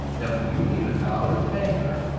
that when you leave a dollar with a banker,